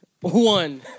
One